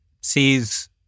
sees